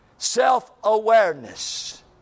Self-awareness